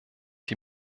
die